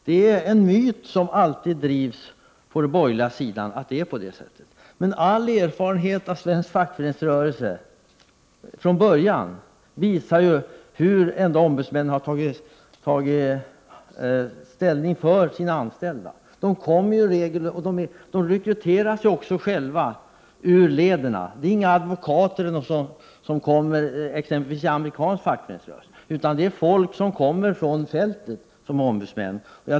Det är en myt som de borgerliga alltid odlat, men all erfarenhet av svensk fackföreningsrörelse visar att ombudsmännen alltid har tagit ställning för de anställda. Ombudsmännen rekryteras också ur de anställdas led. Det är inga advokater, vilket är vanligt i t.ex. amerikansk fackföreningsrörelse, utan det är folk från fältet som blir ombudsmän.